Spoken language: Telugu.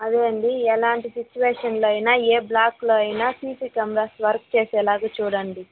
అదే అండి ఎలాంటి సిచ్యుయేషన్ అయిన ఏ బ్లాక్లో అయిన సీసీ కెమెరాస్ వర్క్ చేసేలాగా చూడండీ